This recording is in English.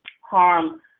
harm